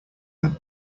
them